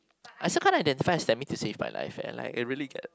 I still kind of identify a S_T_E_M_I to save my life eh like I really get